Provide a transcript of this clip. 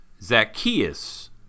Zacchaeus